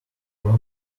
front